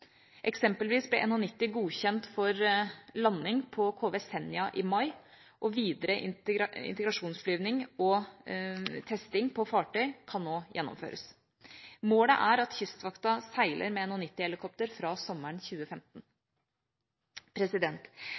Eksempelvis ble NH90 godkjent for landing på KV Senja i mai, og videre integrasjonsflygning og testing på fartøy kan nå gjennomføres. Målet er at Kystvakta seiler med NH90-helikopter fra sommeren 2015.